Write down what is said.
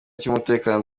cy’umutekano